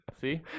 See